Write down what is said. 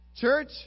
Church